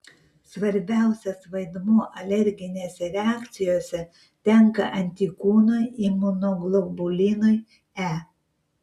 svarbiausias vaidmuo alerginėse reakcijose tenka antikūnui imunoglobulinui e